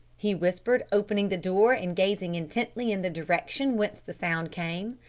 he whispered, opening the door and gazing intently in the direction whence the sound came.